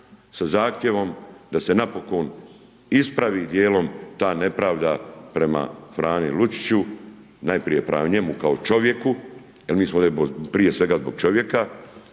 sa zahtjevom da se napokon ispravi dijelom ta nepravda prema Frani Luciću, najprije prema njemu kao čovjeku, jer mi smo ovdje prije svega zbog čovjeka,